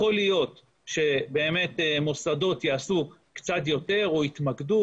יכול להיות שמוסדות יעשו קצת יותר או יתמקדו.